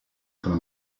fra